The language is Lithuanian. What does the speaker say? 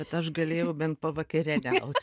bet aš galėjau bent pavakarieniaut